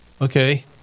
Okay